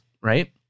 right